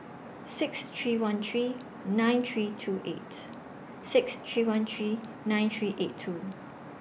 six three one three nine three two eight six three one three nine three eight two